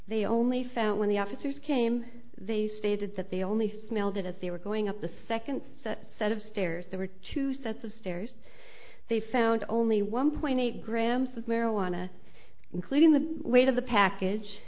they only found when the officers came they stated that they only smelled it as they were going up the second set of stairs there were two sets of stairs they found only one point eight grams of marijuana including the weight of the package